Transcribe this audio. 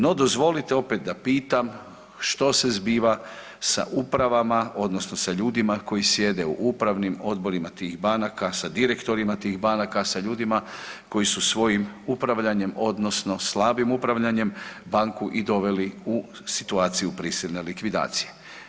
No dozvolite opet da pitam, što se zbiva sa upravama odnosno sa ljudima koji sjede u upravnim odborima tih banaka, sa direktorima tih banaka, sa ljudima koji su svojim upravljanjem odnosno slabim upravljanjem banku i doveli u situaciju prisilne likvidacije?